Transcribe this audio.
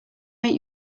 make